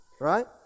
right